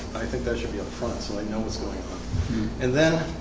i think that should be on the front so i know what's going on and then